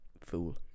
Fool